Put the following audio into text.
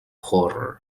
horror